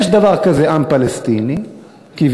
יש דבר כזה עם פלסטיני כביכול,